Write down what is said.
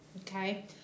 Okay